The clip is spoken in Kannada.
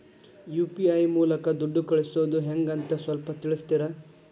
ಯು.ಪಿ.ಐ ಮೂಲಕ ದುಡ್ಡು ಕಳಿಸೋದ ಹೆಂಗ್ ಅಂತ ಸ್ವಲ್ಪ ತಿಳಿಸ್ತೇರ?